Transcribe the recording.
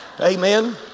Amen